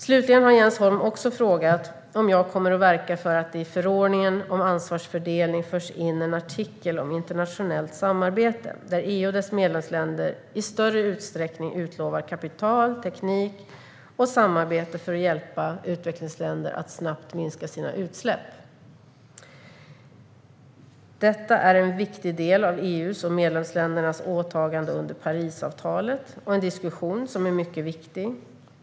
Slutligen har Jens Holm frågat om jag kommer att verka för att det i förordningen om ansvarsfördelning förs in en artikel om internationellt samarbete där EU och dess medlemsländer i större utsträckning utlovar kapital, teknik och samarbete för att hjälpa utvecklingsländer att snabbt minska sina utsläpp. Detta är en viktig del av EU:s och medlemsländernas åtagande under Parisavtalet och en diskussion som är mycket viktig.